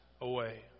away